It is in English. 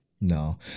No